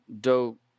dope